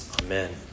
Amen